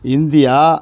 India